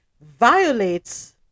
violates